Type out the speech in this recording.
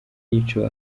yiciwe